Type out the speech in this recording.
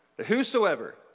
whosoever